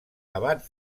abats